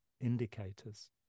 indicators